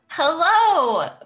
Hello